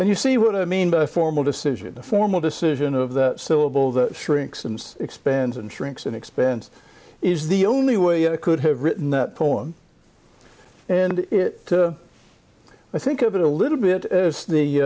and you see what i mean by a formal decision a formal decision of the syllable that shrinks and expands and shrinks and expense is the only way i could have written that poem and it i think of it a little bit as the